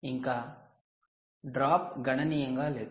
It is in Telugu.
ఇంకా డ్రాప్ గణనీయంగా లేదు